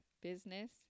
business